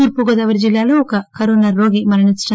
తూర్పు గోదావరి జిల్లాలో ఒక కరోనా రోగి మరణించాడు